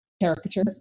caricature